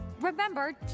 remember